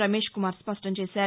రమేష్ కుమార్ స్పష్టం చేశారు